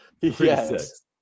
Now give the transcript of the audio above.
yes